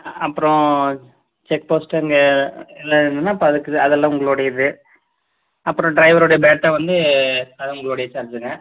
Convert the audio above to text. அப்புறம் செக்போஸ்ட்டு அங்கே எல்லாம் இருந்ததுன்னா அப்போ அதுக்கெல்லாம் அதெல்லாம் உங்களுடையது அப்புறம் டிரைவருடைய பேட்டா வந்து அதுவும் உங்களுடைய சார்ஜுங்க